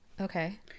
Okay